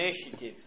initiative